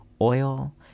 oil